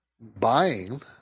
buying